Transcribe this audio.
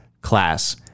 class